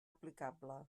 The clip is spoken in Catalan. aplicable